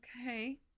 okay